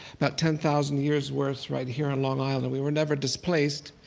about ten thousand years worth right here on long island. we were never displaced,